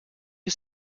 you